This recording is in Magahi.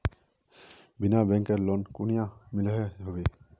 बिना बैंकेर लोन कुनियाँ मिलोहो होबे?